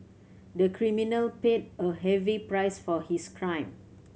the criminal paid a heavy price for his crime